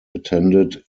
attended